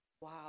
Wow